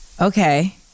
Okay